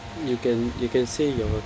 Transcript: you can you can say your